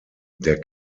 der